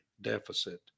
deficit